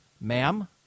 ma'am